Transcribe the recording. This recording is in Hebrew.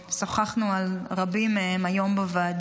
שוחחנו על רבים מהם היום בוועדות.